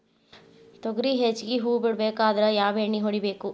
ತೊಗರಿ ಹೆಚ್ಚಿಗಿ ಹೂವ ಬಿಡಬೇಕಾದ್ರ ಯಾವ ಎಣ್ಣಿ ಹೊಡಿಬೇಕು?